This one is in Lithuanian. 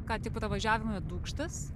ką tik pravažiavome dūkštas